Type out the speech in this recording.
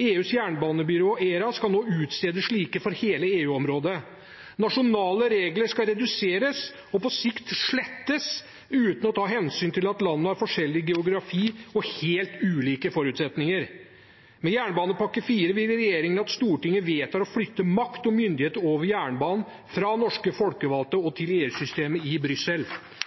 EUs jernbanebyrå ERA skal nå utstede slike for hele EU-området. Nasjonale regler skal reduseres og på sikt slettes uten å ta hensyn til at landene har forskjellig geografi og helt ulike forutsetninger. Med jernbanepakke IV vil regjeringen at Stortinget vedtar å flytte makt og myndighet over jernbanen fra norske folkevalgte og til EU-systemet i Brussel.